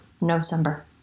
November